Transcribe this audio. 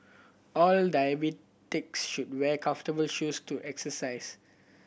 all diabetics should wear comfortable shoes to exercise